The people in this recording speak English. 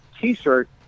T-shirt